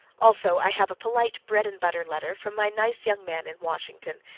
also, i have a polite bread-and-butter letter from my nice young man in washington,